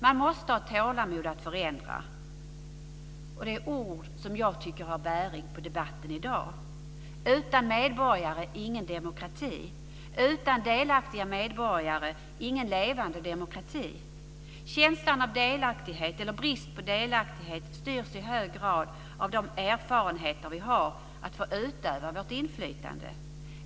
Man måste ha tålamod att förändra." Det är ord som har bäring på debatten i dag. Utan medborgare, ingen demokrati. Utan delaktiga medborgare, ingen levande demokrati. Känslan av delaktighet eller brist på delaktighet styrs i hög grad av de erfarenheter vi har av att få utöva vårt inflytande.